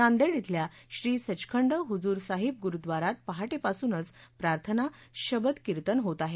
नांदेड धिल्या श्री संचखंड हुजूरसाहिब गुरुद्वारात पहाटेपासूनच प्रार्थना शबदकीर्तन होत आहे